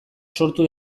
sortu